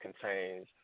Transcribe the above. contains